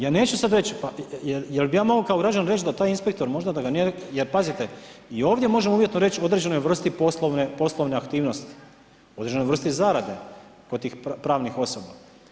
Ja neću sad reći, jel' bi ja mogao kao građanin reći da taj inspektor možda … jer pazite, i ovdje možemo uvjetno reći o određenoj vrsti poslovne aktivnosti, određenoj vrsti zarade kod tih pravnih osoba.